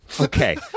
Okay